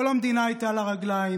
כל המדינה הייתה על הרגליים,